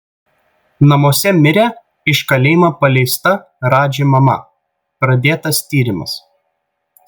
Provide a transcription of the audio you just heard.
namuose mirė iš kalėjimo paleista radži mama pradėtas tyrimas